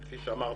וכפיט שאמרתי,